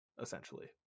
essentially